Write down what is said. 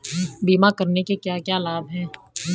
बीमा करने के क्या क्या लाभ हैं?